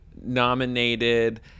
nominated